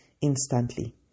instantly